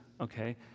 okay